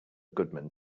goodman